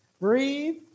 Breathe